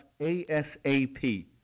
ASAP